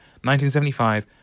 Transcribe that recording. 1975